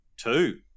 Two